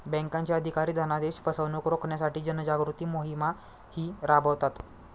बँकांचे अधिकारी धनादेश फसवणुक रोखण्यासाठी जनजागृती मोहिमाही राबवतात